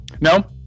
No